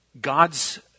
God's